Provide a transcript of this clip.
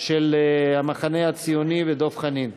של המחנה הציוני ודב חנין.